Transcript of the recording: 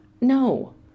No